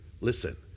Listen